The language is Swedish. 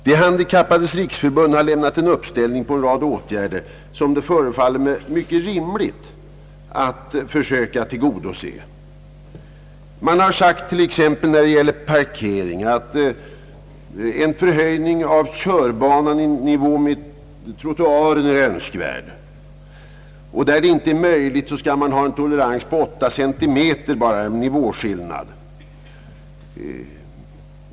De handikappades riksförbund har gjort en uppställning på en rad åtgärder som det borde vara rimligt att försöka tillgodose. Det har sagts när det gäller t.ex. parkering, att en förhöjning av körbanan till nivå med trottoaren är önskvärd och att där detta inte är möjligt man skall hålla en tolerans av 8 cm i nivåskillnad.